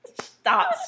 Stop